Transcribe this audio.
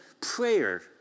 prayer